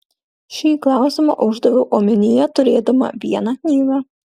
šį klausimą uždaviau omenyje turėdama vieną knygą